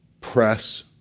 press